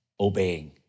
obeying